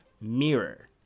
Mirror